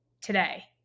today